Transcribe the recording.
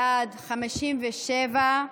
בעד, 57,